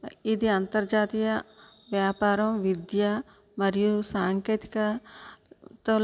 ఇది అంతర్జాతీయ వ్యాపారం విద్య మరియు సాంకేతికతలో